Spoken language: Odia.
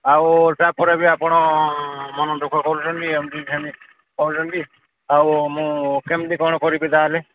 ଆଉ ତାପରେ ବି ଆପଣ ମନ ଦୁଃଖ କରୁଛନ୍ତି ଏମିତି ସେମିତି କହୁଛନ୍ତି ଆଉ ମୁଁ କେମିତି କ'ଣ କରିବି ତାହେଲେ